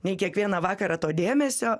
nei kiekvieną vakarą to dėmesio